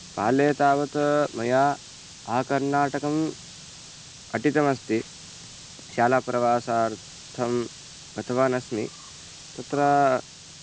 बाल्ये तावत् मया आकर्नाटकम् अटितमस्ति शालाप्रवासार्थं गतवान् अस्मि तत्र